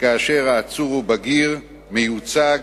כאשר העצור הוא בגיר, מיוצג